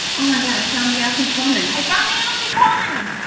oh my god, i found the afikoman. i found the afikoman!